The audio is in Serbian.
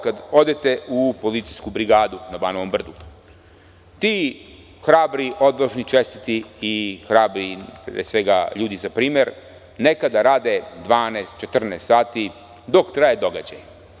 Kad odete u policijsku brigadu na Banovom brdu, ti hrabri, odvažni, čestiti i ljudi za primer nekada rada dvanaest, četrnaest sati dok traje događaj.